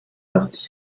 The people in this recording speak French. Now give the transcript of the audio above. partis